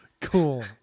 Cool